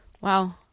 wow